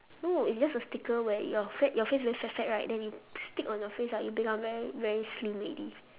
no it's just a sticker where your fat your face very fat fat right then you stick on your face ah you become very very slim already